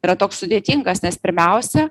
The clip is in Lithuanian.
yra toks sudėtingas nes pirmiausia